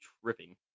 tripping